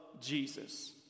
Jesus